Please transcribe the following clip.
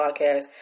podcast